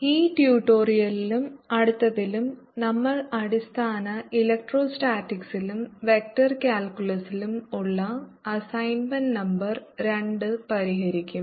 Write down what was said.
ഈ ട്യൂട്ടോറിയലിലും അടുത്തതിലും നമ്മൾ അടിസ്ഥാന ഇലക്ട്രോസ്റ്റാറ്റിക്സിലും വെക്റ്റർ കാൽക്കുലസിലും ഉള്ള അസൈൻമെന്റ് നമ്പർ 2 പരിഹരിക്കും